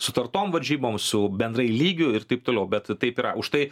sutartom varžybom su bendrai lygiu ir taip toliau bet taip yra už tai